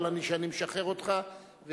אבל אני משחרר אותך,